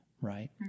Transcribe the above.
right